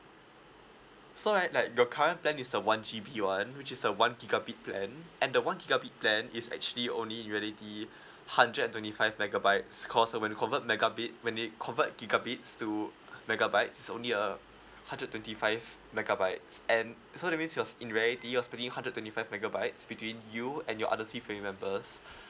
so right like your current plan is the one G_B one which is a one gigabit plan and the one gigabit plan is actually only reality hundred and twenty five megabytes cause uh went you convert megabit when it convert gigabits to megabytes it's only a hundred twenty five megabyte and so that means yours in reality you're splitting hundred and twenty five megabytes between you and your other three family members